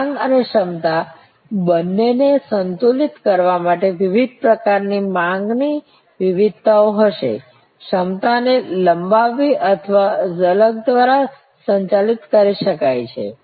માંગ અને ક્ષમતા બંનેને સંતુલિત કરવા માટે વિવિધ પ્રકારની માંગની વિવિધતાઓ હશે ક્ષમતાને લીંબાવી અથવા ઝલક દ્વારા સંચાલિત કરી શકાય છે